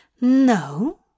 No